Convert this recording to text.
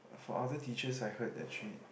for other teachers I heard that she